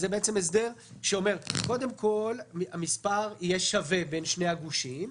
זה הסדר שאומר: קודם כול המספר יהיה שווה בין שני הגושים,